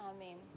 Amen